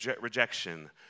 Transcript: rejection